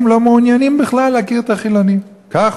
לכן,